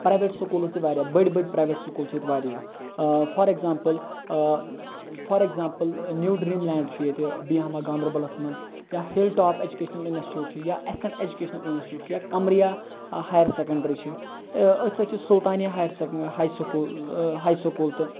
private schools تہِ واریاہ بٔڑۍ بٔڑۍ پرایویٹ سکوٗل چھِ ییٚتہِ واریاہ for example for example new dream land چھُ ییٚتہِ بیٖہامہ گاندَربَلَس مَنٛز یا ہِل ٹاپ ایٚجوکیشنَل اِنَسٹِٹیوٹ چھُ یا ایسَٹ ایٚجوکیشنَل اِنَسٹِٹیوٹ چھُ یا قَمرِیا ہایَر سیٚکَنٛڈری چھُ أتھ سۭتۍ چھُ Sultania high higher high school high school تہِ